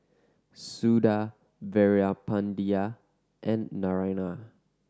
Suda Veerapandiya and Naraina